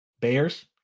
Bears